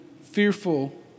fearful